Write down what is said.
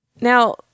Now